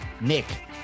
Nick